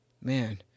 Man